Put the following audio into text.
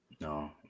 No